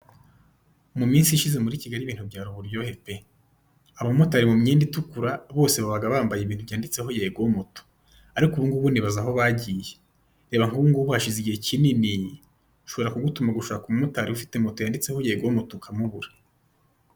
Mu minsi ishize muri Kigali ibintu byari uburyohe pe, abamotari mu myenda itukura bose babaga bambaye ibintu byanditseho Yego Moto, ariko ubu ngubu nibaza aho bagiye, reba nk'ubu ngubu hashize igihe kinini, nshobora kugutuma gushaka umumotari ufite moto yanditseho Yego Moto ukamubura.